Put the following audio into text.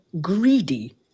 greedy